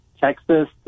Texas